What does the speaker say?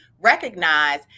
recognize